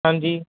ਹਾਂਜੀ